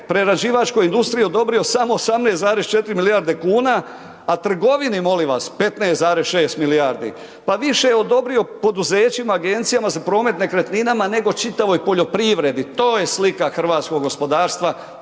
prerađivačkoj industriji samo 18,4 milijarde kuna, a trgovini molim vas 15,6 milijardi. Pa više je odobrio poduzećima, agencijama za promet nekretninama nego čitavoj poljoprivredi, to je slika hrvatskog gospodarstva,